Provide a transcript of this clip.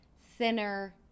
thinner